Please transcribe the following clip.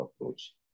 approach